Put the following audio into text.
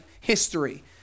history